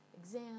exam